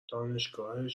دانشگاهش